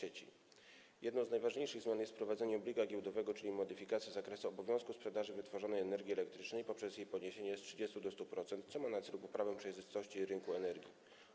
Jedną z najważniejszych zmian jest wprowadzenie obliga giełdowego, czyli modyfikacji zakresu obowiązku sprzedaży wytworzonej energii elektrycznej poprzez podniesienie jej poziomu z 30% do 100%, co ma na celu poprawę przejrzystości rynku energii.